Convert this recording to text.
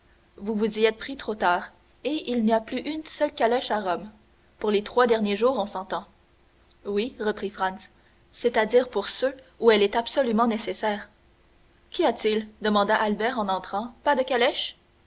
vous vous y êtes pris trop tard et il n'y a plus une seule calèche à rome pour les trois derniers jours s'entend oui reprit franz c'est-à-dire pour ceux où elle est absolument nécessaire qu'y a-t-il demanda albert en entrant pas de calèche